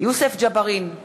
יוסף ג'בארין,